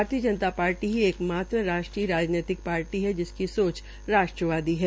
भारतीय जनता शार्टी ही एक मात्र राष्ट्रीय राजनैतिक शार्टी है जिसकी सोच राष्ट्रवादी है